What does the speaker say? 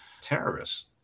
terrorists